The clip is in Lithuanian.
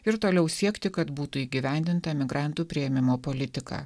ir toliau siekti kad būtų įgyvendinta migrantų priėmimo politika